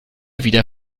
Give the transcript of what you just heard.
wieder